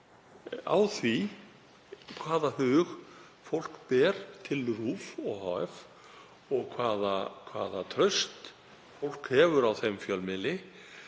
á því hvaða hug fólk ber til RÚV ohf. og hvaða traust fólk hefur á þeim fjölmiðli